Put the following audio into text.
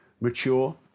mature